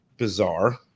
bizarre